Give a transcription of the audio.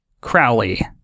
crowley